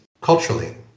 culturally